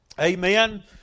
Amen